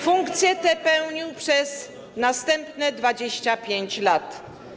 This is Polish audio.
Funkcję tę pełnił przez następne 25 lat.